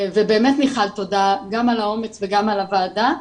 ובאמת מיכל תודה גם על האומץ וגם על הועדה,